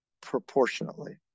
proportionately